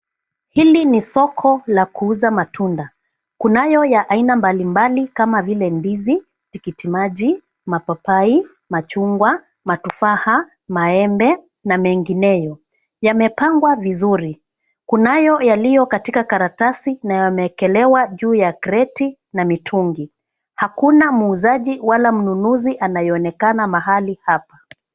Hili ni soko la kuuza matunda. Kunayo ya aina mbalimbali kama vile ndizi, tikiti maji, mapapai machungwa, matufaha, maembe, na mengineyo. Yamepangwa vizuri. Kunayo yaliyo katika karatasi na yameekelewa juu ya kreti na mitungi. Hakuna muuzaji wala mnunuzi anayeonekana mahali hapa.